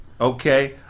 okay